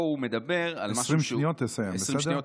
פה הוא מדבר, 20 שניות ותסיים, בסדר?